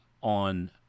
on